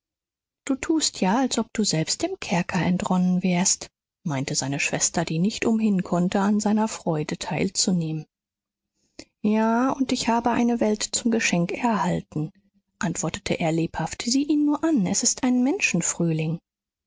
du tust ja als ob du selbst dem kerker entronnen wärst meinte seine schwester die nicht umhin konnte an seiner freude teilzunehmen ja und ich habe eine welt zum geschenk erhalten antwortete er lebhaft sieh ihn nur an es ist ein